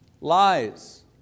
Lies